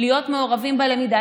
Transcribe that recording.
להיות מעורבים בלמידה,